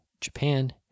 Japan